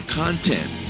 content